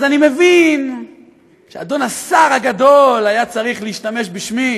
אז אני מבין שהאדון השר הגדול היה צריך להשתמש בשמי